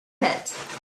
pet